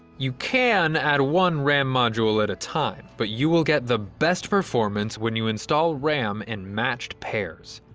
you can add one ram module at a time but you will get the best performance when you install ram and matched pairs.